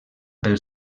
pel